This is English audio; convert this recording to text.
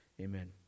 Amen